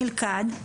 נלכד,